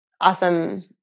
awesome